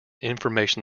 information